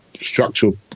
structural